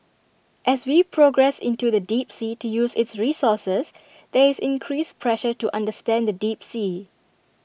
as we progress into the deep sea to use its resources there is increased pressure to understand the deep sea